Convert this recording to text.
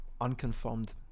unconfirmed